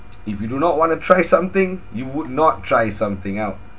if you do not want to try something you would not try something out